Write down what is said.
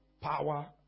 power